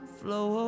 flow